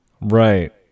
Right